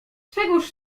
czegóż